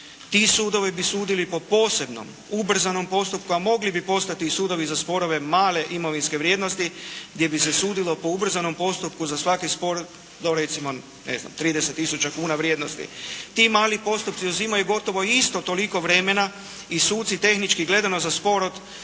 Ti sudovi bi sudili po posebnom, ubrzanom postupku, a mogli bi postati i sudovi za sporove male imovinske vrijednosti gdje bi se sudilo po ubrzanom postupku za svaki spor do recimo ne znam 30000 kuna vrijednosti. Ti mali postupci uzimaju gotovo isto toliko vremena i suci tehnički gledano za spor od